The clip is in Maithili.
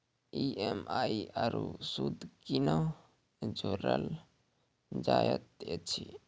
ई.एम.आई आरू सूद कूना जोड़लऽ जायत ऐछि?